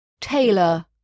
Taylor